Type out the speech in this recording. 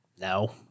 no